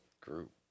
group